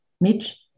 Mitch